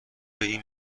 این